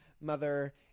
Mother